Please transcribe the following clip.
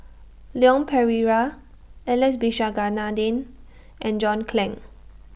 Leon Perera Alex Abisheganaden and John Clang